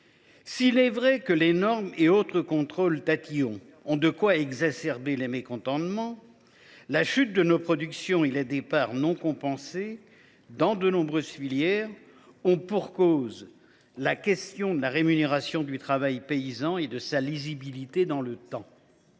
S’il est vrai que les normes et autres contrôles tatillons ont de quoi exacerber les mécontentements, la chute de nos productions et les départs non compensés dans de nombreuses filières ont pour cause la rémunération insuffisante du travail paysan et son manque de lisibilité dans le temps.